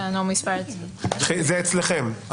זה אצלכם.